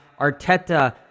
Arteta